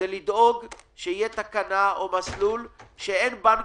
זה לדאוג שתהיה תקנה או מסלול שאין בנק